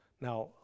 Now